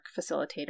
facilitator